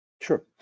sure